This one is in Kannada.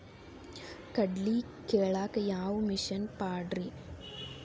ಕಡ್ಲಿ ಕೇಳಾಕ ಯಾವ ಮಿಷನ್ ಪಾಡ್ರಿ?